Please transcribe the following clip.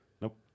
Nope